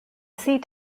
seat